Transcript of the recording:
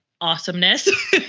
awesomeness